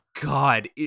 God